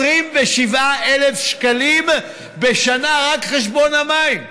27,000 שקלים בשנה רק חשבון המים,